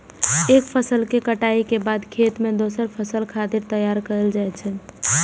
एक फसल के कटाइ के बाद खेत कें दोसर फसल खातिर तैयार कैल जाइ छै